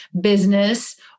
business